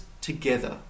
together